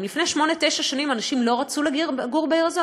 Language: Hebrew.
אם לפני שמונה-תשע שנים אנשים לא רצו לגור בעיר הזאת,